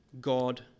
God